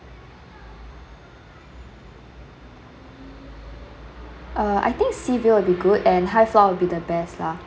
uh I think seaview will be good and high floor will be the best lah